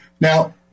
now